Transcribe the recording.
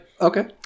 okay